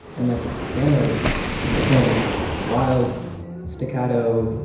and, like, the piano is kind of this wild staccato,